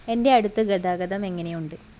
എൻ്റെ അടുത്ത ഗതാഗതം എങ്ങനെയുണ്ട്